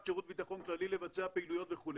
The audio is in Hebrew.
שירות ביטחון כללי לבצע פעילויות וכו',